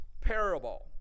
parable